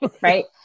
right